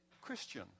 Christian